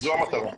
זו המטרה.